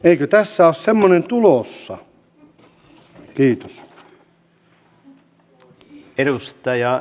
eikö tässä ole semmoinen tulossa